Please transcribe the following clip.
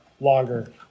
longer